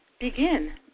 begin